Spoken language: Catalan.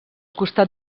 costat